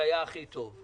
זה היה הכי טוב.